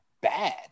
bad